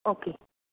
okay